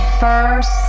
first